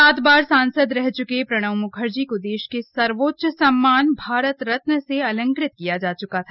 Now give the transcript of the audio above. सात बार सांसद रह चुके प्रणब मुखर्जी को देश के सर्वोच्च सम्मान भारत रत्न से अलंकृत किया जा चुका है